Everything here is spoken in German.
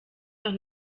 noch